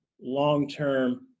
long-term